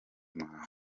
muhango